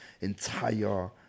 entire